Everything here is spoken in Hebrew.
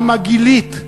גם הגילית,